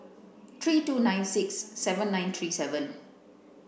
three two nine six seven nine three seven